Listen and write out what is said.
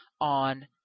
on